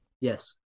Yes